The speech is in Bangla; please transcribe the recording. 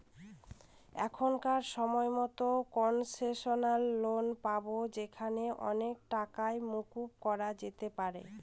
এখনকার সময়তো কোনসেশনাল লোন পাবো যেখানে অনেক টাকাই মকুব করা যেতে পারে